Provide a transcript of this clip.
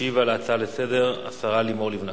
תשיב על ההצעה לסדר-היום השרה לימור לבנת.